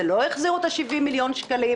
זה לא החזירו את ה-70 מיליון שקל,